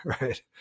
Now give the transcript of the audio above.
right